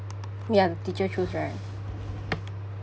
ya the teacher choose right